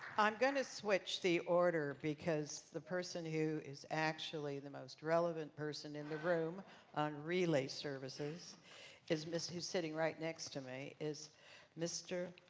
i'm going to switch the order because the person who is actually the most relevant person in the room on relay services is, who is sitting right next to me is mr.